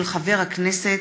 של חבר הכנסת